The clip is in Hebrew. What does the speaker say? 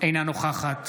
אינה נוכחת